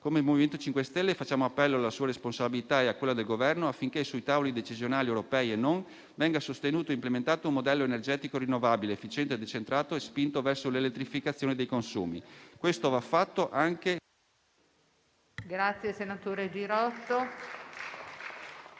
Come MoVimento 5 Stelle facciamo appello alla sua responsabilità e a quella del Governo, affinché sui tavoli decisionali, europei e non, venga sostenuto e implementato un modello energetico rinnovabile, efficiente, decentrato e spinto verso l'elettrificazione dei consumi. Questo va fatto anche... *(Il microfono